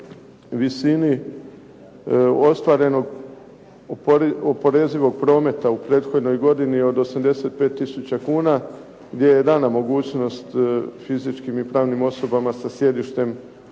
visini ostvarenog oporezivog prometa u prethodnoj godini od 85 tisuća kuna gdje je dana mogućnost fizičkim i pravnim osobama sa sjedištem